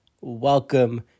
Welcome